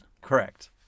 Correct